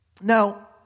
Now